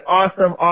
awesome